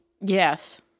Yes